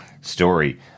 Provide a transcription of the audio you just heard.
story